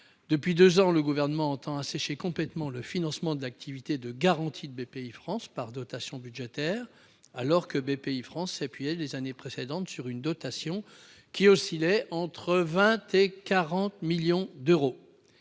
Depuis deux ans, le Gouvernement entend assécher complètement le financement de l'activité de garantie de Bpifrance par dotation budgétaire, alors que l'établissement s'appuyait les années précédentes sur une dotation qui oscillait entre 20 et 40 millions d'euros.